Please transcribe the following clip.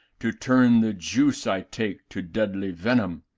to turn the juice i take to deadly venom!